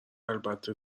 البته